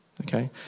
Okay